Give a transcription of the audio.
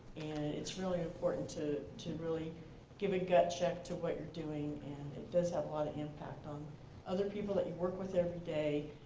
it's really important to to really give a gut check to what you're doing, and it does have a lot of impact on other people that you work with everyday.